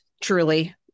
Truly